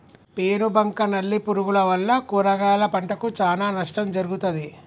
పేను బంక నల్లి పురుగుల వల్ల కూరగాయల పంటకు చానా నష్టం జరుగుతది